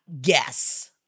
guess